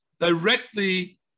Directly